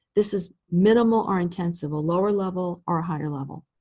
this is minimal or intensive, a lower level or a higher level.